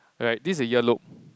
alright this is the ear lobe